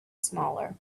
smaller